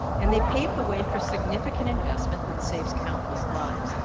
and they paved the way for significant investment, that saves countless lives.